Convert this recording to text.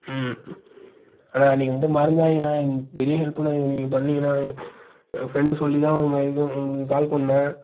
ம் அண்ண நீங்கள் பாட்டுக்கு மறந்துவிடாதிங்கண்ண இது பெரிய ஹெல்ப்புண்ண இது நீங்கள் பண்ணீங்கனால் என் ஃபிரண்ட் சொல்லி தான் உங்க இதுக்கு உங்களுக்கு கால் பண்ணேன்